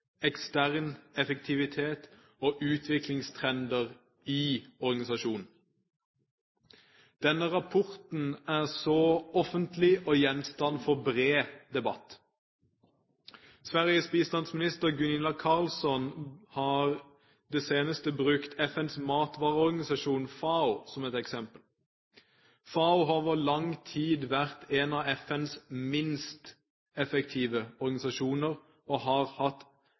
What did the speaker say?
ekstern effektivitet og utviklingstrender i organisasjonen. Denne rapporten er offentlig og gjenstand for bred debatt. Sveriges bistandsminister, Gunilla Carlsson, har i det seneste brukt FNs matvareorganisasjon, FAO, som et eksempel. FAO har over lang tid vært en av FNs minst effektive organisasjoner og har hatt